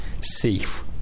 safe